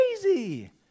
crazy